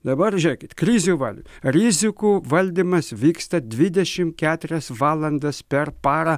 dabar žiūrėkit krizių val rizikų valdymas vyksta dvidešimt keturias valandas per parą